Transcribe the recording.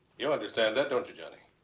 you understand that, don't you, johnny?